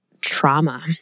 trauma